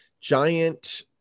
giant